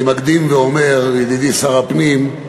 אני מקדים ואומר, ידידי שר הפנים,